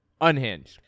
Unhinged